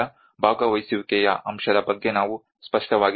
ಆದ್ದರಿಂದ ಆ ಭಾಗವಹಿಸುವಿಕೆಯ ಅಂಶದ ಬಗ್ಗೆ ನಾವು ಸ್ಪಷ್ಟವಾಗಿರಬೇಕು